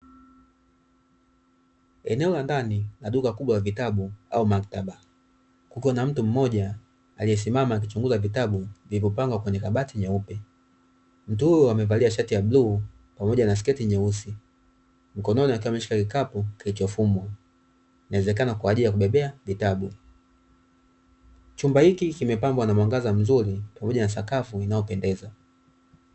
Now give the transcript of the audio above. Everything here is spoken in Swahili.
Eneo la ndani la duka kubwa la vitabu au maktaba, kukiwa na mtu mmoja aliyesimama akichunguza vitabu vilivyopangwa kwenye kabati nyeupe. Mtu huyo amevalia shati ya bluu pamoja na sketi nyeusi, mkononi akiwa ameshika kikapu kilichofumwa, inawezekana kwa ajili ya kubebea vitabu. Chumba hiki kimepambwa na mwangaza mzuri pamoja na sakafu inayopendeza.